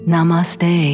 Namaste